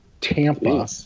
Tampa